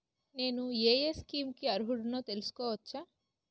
నేను యే యే స్కీమ్స్ కి అర్హుడినో తెలుసుకోవచ్చా?